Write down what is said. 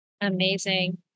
Amazing